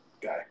guy